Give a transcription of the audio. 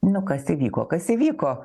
nu kas įvyko kas įvyko